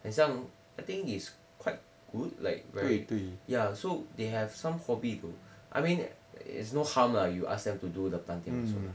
很像 I think it's quite good like very ya so they have some hobby though I mean it is no harm lah you ask them to do the planting also lah